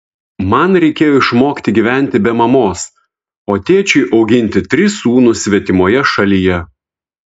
man reikėjo išmokti gyventi be mamos o tėčiui auginti tris sūnus svetimoje šalyje